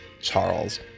Charles